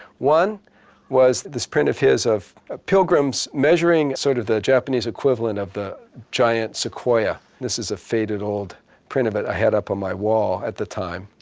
one was this print of his of ah pilgrims measuring sort of the japanese equivalent of the giant sequoia. this is a faded, old print of it i had up on my wall at the time.